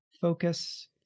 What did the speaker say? focus